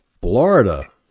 Florida